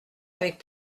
avec